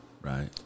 Right